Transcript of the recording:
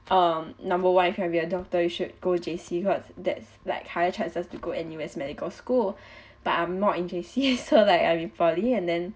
um number one you can be a doctor you should go J_C first that's like higher chances to go N_U_S medical school but I'm not in J_C so like I'm in poly and then